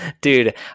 dude